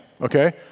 Okay